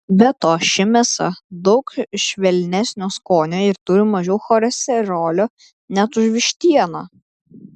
be to ši mėsa daug švelnesnio skonio ir turi mažiau cholesterolio net už vištieną